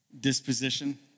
disposition